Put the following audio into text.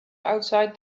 outside